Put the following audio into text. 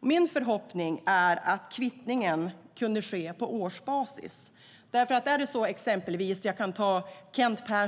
Min förhoppning är att kvittningen kunde ske på årsbasis. Jag kan ta Kent Persson som exempel.